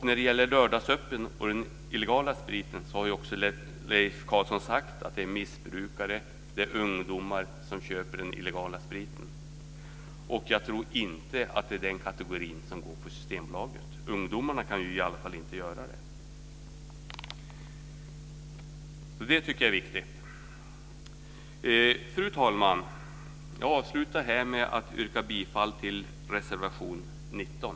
När det gäller lördagsöppet och illegal sprit har Leif Carlson sagt att det är missbrukare och ungdomar som köper den illegala spriten. Jag tror inte att det är den kategorin som går på Systembolaget. Ungdomarna kan inte göra det. Det är viktigt. Fru talman! Jag avslutar med att yrka bifall till reservation 19.